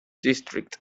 district